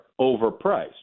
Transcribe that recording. overpriced